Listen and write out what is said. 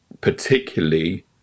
particularly